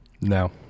No